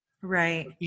right